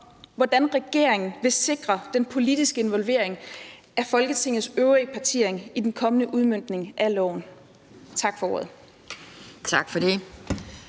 hvordan regeringen vil sikre den politiske involvering af Folketingets øvrige partier i den kommende udmøntning af loven. Tak for ordet. Kl.